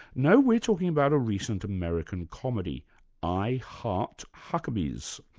no, we're talking about a recent american comedy i heart huckabees,